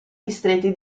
distretti